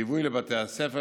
ליווי לבתי הספר,